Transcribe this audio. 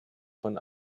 von